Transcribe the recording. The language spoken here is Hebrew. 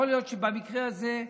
יכול להיות שבמקרה הזה,